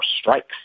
strikes